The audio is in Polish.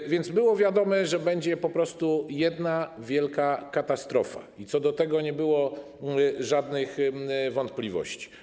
Tak więc było wiadomo, że będzie po prostu jedna wielka katastrofa, i co do tego nie było żadnych wątpliwości.